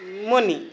Moni